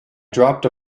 dropped